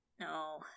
No